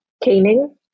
caning